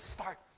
start